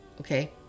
okay